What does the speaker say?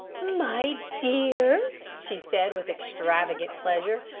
my dear, she said with extravagant pleasure,